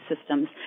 systems